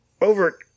over